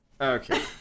Okay